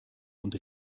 und